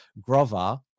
grover